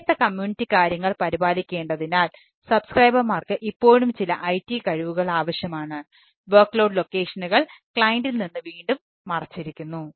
വ്യത്യസ്ത കമ്മ്യൂണിറ്റി നിന്ന് വീണ്ടും മറച്ചിരിക്കുന്നു